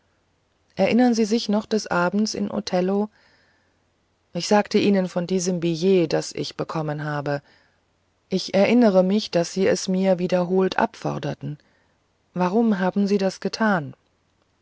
erinnern sie sich noch des abends in othello ich sagte ihnen von einem billet das ich bekommen habe ich erinnere mich daß sie mir es wiederholt abforderten warum haben sie das getan